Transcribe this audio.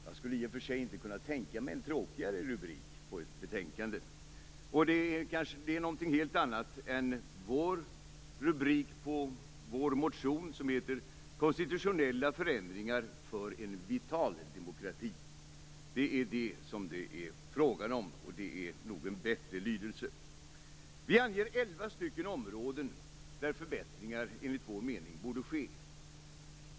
Jag skulle i och för sig inte kunna tänka mig en tråkigare rubrik på ett betänkande. Det är någonting helt annat än vår rubrik på vår motion som är: Konstitutionella förändringar för en vital demokrati. Det är vad det är fråga om, och det är nog en bättre lydelse. Vi anger elva områden där förbättringar enligt vår mening bör ske.